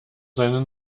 seinen